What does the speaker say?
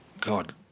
God